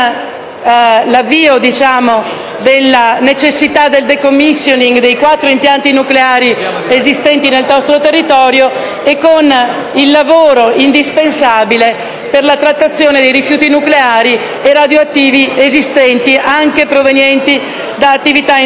l'avvio della necessità del *decommissioning* dei quattro impianti nucleari esistenti nel nostro territorio e con l'indispensabile lavoro per la trattazione dei rifiuti nucleari e radioattivi esistenti, anche provenienti da attività industriali